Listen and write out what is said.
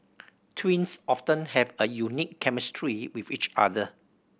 twins often have a unique chemistry with each other